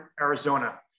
Arizona